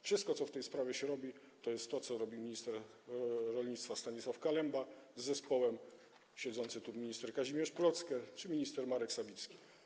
Wszystko, co w tej sprawie się robi, to jest to, co robią minister rolnictwa Stanisław Kalemba z zespołem, siedzący tu minister Kazimierz Plocke czy minister Marek Sawicki.